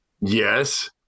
Yes